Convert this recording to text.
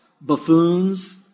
buffoons